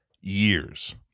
years